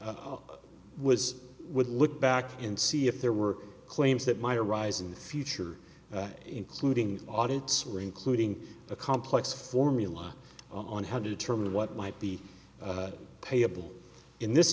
was would look back and see if there were claims that might arise in the future including audits were including a complex formula on how to determine what might be payable in this